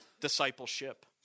discipleship